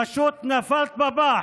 פשוט נפלת בפח.